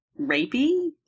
rapey